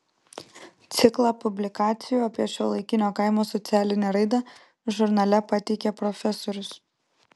ciklą publikacijų apie šiuolaikinio kaimo socialinę raidą žurnale pateikė profesorius